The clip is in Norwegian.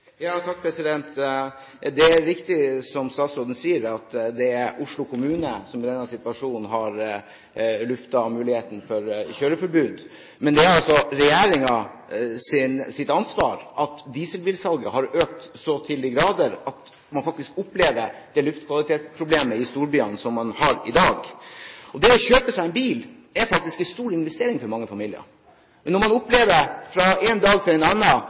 Det er riktig som statsråden sier, at det er Oslo kommune som i denne situasjonen har luftet muligheten for kjøreforbud. Men det er regjeringens ansvar at dieselbilsalget har økt så til de grader at man faktisk opplever det luftkvalitetsproblemet i storbyene som man har i dag. Det å kjøpe seg en bil er faktisk en stor investering for mange familier. Men når man opplever fra en dag til en